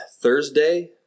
Thursday